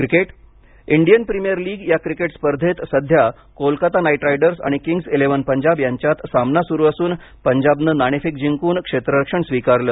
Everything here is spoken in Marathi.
क्रिकेट इंडियन प्रीमिअर लीग या क्रिकेट स्पर्धेत सध्या कोलकाता नाईट रायडर्स आणि किंग्ज इलेव्हन पंजाब यांच्यात सामना सुरु असून पंजाबन नाणेफेक जिंकून क्षेत्ररक्षण स्वीकारलं